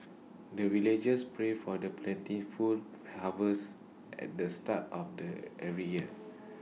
the villagers pray for the plentiful harvest at the start of the every year